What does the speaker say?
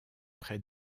près